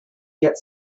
get